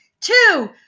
two